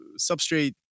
substrate